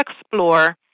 explore